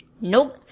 Nope